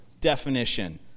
definition